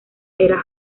era